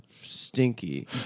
Stinky